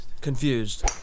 Confused